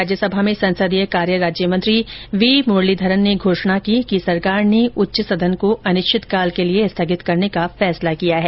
राज्यसभा में संसदीय कार्य राज्य मंत्री वी मुरलीधरन ने घोषणा की कि सरकार ने उच्च सदन को अनिश्चित काल के लिए स्थगित करने का फैसला किया है